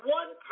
one